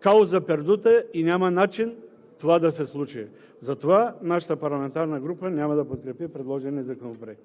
кауза пердута и няма начин това да се случи. Затова нашата парламентарна група няма да подкрепи предложения законопроект.